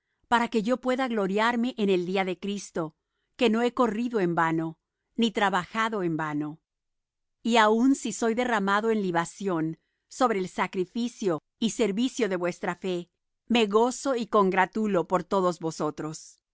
para que yo pueda gloriarme en el día de cristo que no he corrido en vano ni trabajado en vano y aun si soy derramado en libación sobre el sacrificio y servicio de vuestra fe me gozo y congratulo por todos vosotros